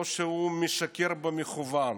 או שהוא משקר במכוון?